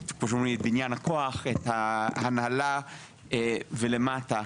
בניין הכוח, את ההנהלה ולמטה,